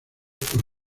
por